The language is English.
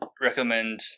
recommend